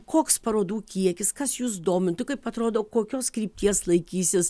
koks parodų kiekis kas jus domintų kaip atrodo kokios krypties laikysis